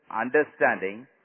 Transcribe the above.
understanding